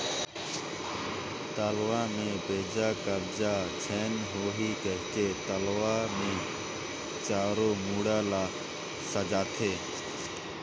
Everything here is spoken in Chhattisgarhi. तलवा में बेजा कब्जा झेन होहि कहिके तलवा मे चारों मुड़ा ल सजाथें